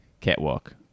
catwalk